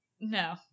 No